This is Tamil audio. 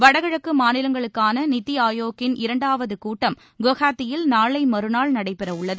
வடகிழக்கு மாநிலங்களுக்கான நிதி ஆயோக்கின் இரண்டாவது கூட்டம் குவஹாத்தியில் நாளை மறுநாள் நடைபெறவுள்ளது